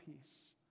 peace